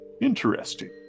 interesting